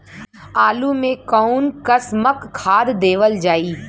आलू मे कऊन कसमक खाद देवल जाई?